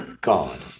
god